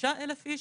כ-75,000 איש,